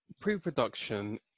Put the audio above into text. pre-production